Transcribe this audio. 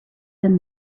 than